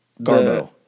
Garbo